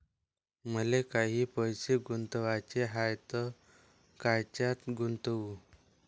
मले काही पैसे गुंतवाचे हाय तर कायच्यात गुंतवू?